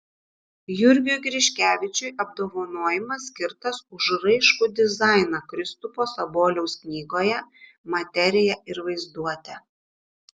jurgiui griškevičiui apdovanojimas skirtas už raiškų dizainą kristupo saboliaus knygoje materija ir vaizduotė